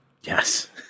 yes